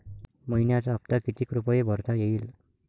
मइन्याचा हप्ता कितीक रुपये भरता येईल?